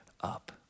up